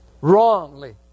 Wrongly